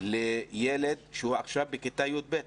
לילד שלומד עכשיו בכיתה י"ב.